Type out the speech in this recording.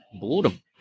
boredom